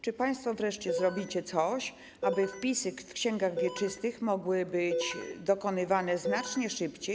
Czy państwo wreszcie zrobicie coś, aby wpisy w księgach wieczystych mogły być dokonywane znacznie szybciej?